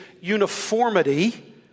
uniformity